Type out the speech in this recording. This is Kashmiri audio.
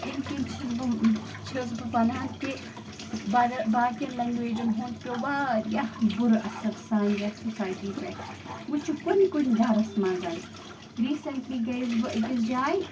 ییٚمہِ کِنۍ چھِس بہٕ چھِس بہٕ بنان کہِ بدٕ باقین لنٛگیویجن ہُنٛد پیوٚو وارِیاہ بُرٕ اثر سانہِ یَتھ سُسایٹی پٮ۪ٹھ وۄنۍ چھُ کُنہِ کُنہِ گَرس منٛز ریٖسٮ۪نٛٹلی گٔیس بہٕ أکِس جایہِ